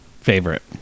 favorite